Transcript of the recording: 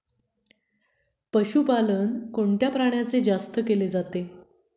कोणत्या प्राण्याचे पशुपालन जास्त केले जाते?